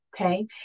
okay